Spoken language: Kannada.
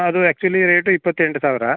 ಅದು ಆ್ಯಕ್ಚುಲಿ ರೇಟ್ ಇಪ್ಪತ್ತೆಂಟು ಸಾವಿರ